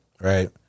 right